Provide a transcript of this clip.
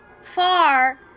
Far